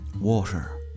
water